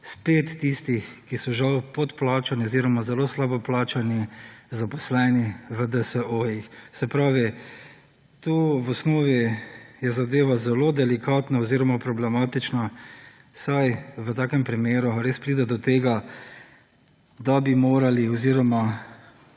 spet tistih, ki so žal podplačani oziroma zelo slabo plačani zaposleni v DSO-jih. Se pravi, tu v osnovi je zadeva zelo delikatna oziroma problematična, saj v takem primeru res pride do tega, da bi morali oziroma